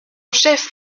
chef